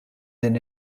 din